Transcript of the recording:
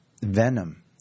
venom